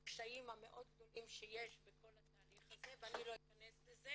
הקשיים המאוד גדולים שיש בכל התהליך הזה ואני לא אכנס לזה.